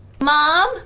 Mom